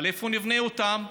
אבל איפה נבנה אותן?